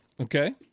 Okay